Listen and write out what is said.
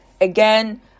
Again